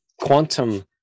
quantum